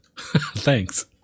Thanks